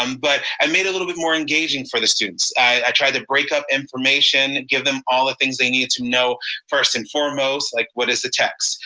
um but i made it a little bit more engaging for the students. i tried to break up information, give them all the things they need to know first and foremost, like what is the text?